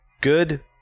Good